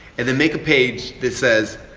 and then make a page that says